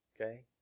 Okay